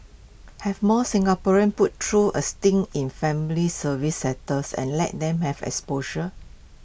have more Singaporeans put through A stint in family service sectors and let them have exposure